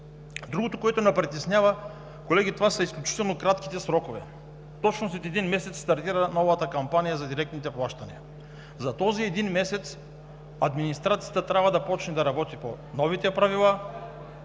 Другото, което ни притеснява, колеги, това са изключително кратките срокове. Точно след един месец стартира новата кампания за директните плащания. За този един месец администрацията трябва да започне да работи по новите правила,